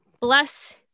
bless